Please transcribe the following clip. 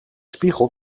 spiegel